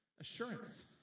assurance